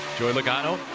joey gano